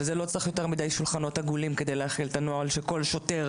ולא צריך יותר מדי שולחנות עגולים כדי להכין את הנוהל שכל שוטר